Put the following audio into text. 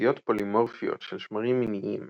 אוכלוסיות פולימורפיות של שמרים מיניים